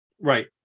right